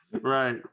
right